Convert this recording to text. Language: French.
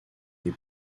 des